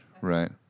Right